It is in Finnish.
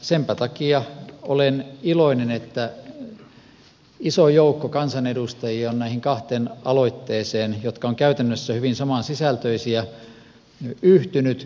senpä takia olen iloinen että iso joukko kansanedustajia on näihin kahteen aloitteeseen jotka ovat käytännössä hyvin samansisältöisiä yhtynyt